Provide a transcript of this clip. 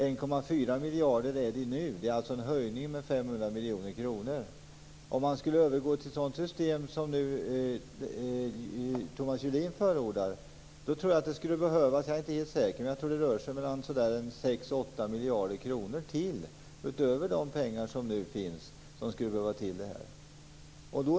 1,4 miljarder är det nu. Det är alltså en höjning med 500 miljoner kronor. Om man skulle övergå till ett sådant system som Thomas Julin förordar tror jag - men jag är inte helt säker - att det skulle behövas ytterligare 6-8 miljarder kronor utöver de pengar som nu finns.